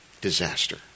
disaster